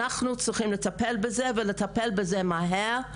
אנחנו צריכים לטפל בזה, ולטפל בזה מהר.